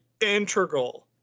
integral